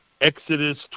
Exodus